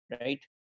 right